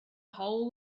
whole